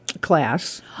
Class